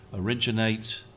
originate